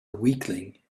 weakling